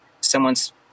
someone's